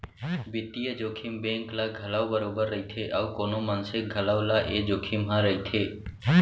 बित्तीय जोखिम बेंक ल घलौ बरोबर रइथे अउ कोनो मनसे घलौ ल ए जोखिम ह रइथे